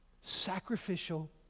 sacrificial